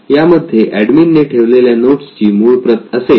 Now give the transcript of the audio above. यामध्ये एडमिन ने ठेवलेल्या नोट्स ची मूळ प्रत असेल